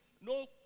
No